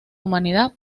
humanidad